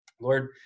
lord